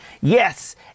Yes